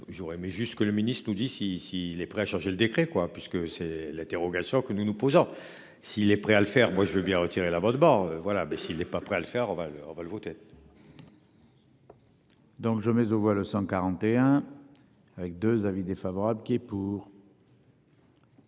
j'aurais aimé jusqu'. Le ministre nous dit si si il est prêt à changer le décret quoi puisque c'est l'interrogation que nous nous posons. S'il est prêt à le faire, moi je veux bien retirer la abonnement voilà ben s'il n'est pas prêt à le faire, on va le on va le voter. Donc je mets aux voix le 141. Avec 2 avis défavorable qui est pour.